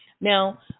Now